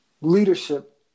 leadership